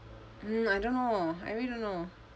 mm I don't know I really don't know